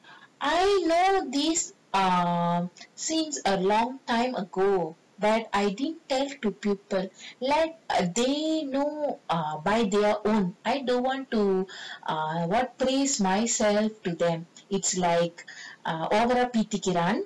I know this err since a long time ago but I didn't tell it to people let they know err by their own I don't want to err what place myself to them it's like err over ah பீத்திக்கிறான்:peethikiraan